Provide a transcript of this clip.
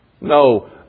No